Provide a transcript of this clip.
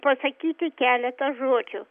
pasakyti keletą žodžių